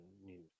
news